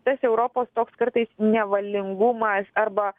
tas europos toks kartais nevalingumas arba